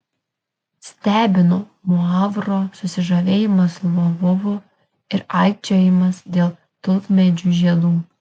stebino muavro susižavėjimas lvovu ir aikčiojimas dėl tulpmedžių žiedų